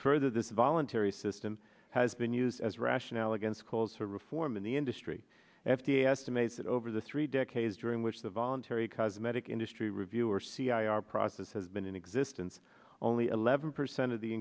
further this voluntary system has been used as a rationale against calls for reform in the industry f d a estimates that over the three decades during which the voluntary cosmetic industry review or c r process has been in existence only eleven percent of the